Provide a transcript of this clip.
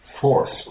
forced